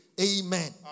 Amen